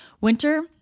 winter